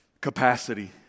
capacity